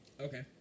Okay